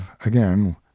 again